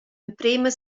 emprema